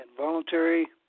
voluntary